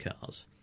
cars